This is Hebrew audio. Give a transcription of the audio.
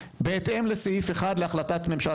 בהתאם לסעיף אחד להחלטת ממשלה,